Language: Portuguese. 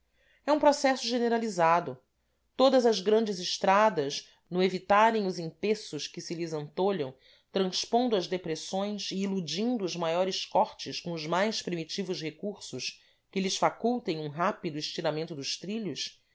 é um processo generalizado todas as grandes estradas no evitarem os empeços que se lhes antolham transpondo as depressões e iludindo os maiores cortes com os mais primitivos recursos que lhes facultem um rápido estiramento dos trilhos